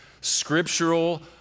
scriptural